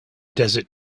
desert